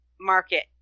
market